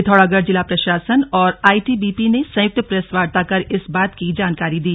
पिथौरागढ़ जिला प्रशासन और आईटीबीपी ने सयुक्त प्रेस वार्ता कर इस बात की जानकारी दी